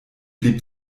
blieb